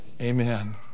Amen